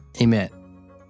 Amen